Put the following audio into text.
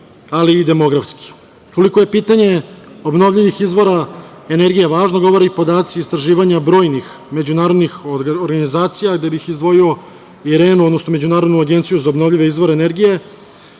ali i demografski. Koliko je pitanje obnovljivih izvora energije važno, govore i podaci istraživanja brojnih međunarodnih organizacija, gde bih izdvojio IRENA-u, odnosno Međunarodnu agenciju za obnovljive izvore energije.